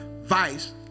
vice